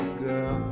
girl